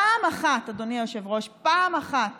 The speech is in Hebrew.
פעם אחת, אדוני היושב-ראש, פעם אחת